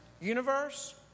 universe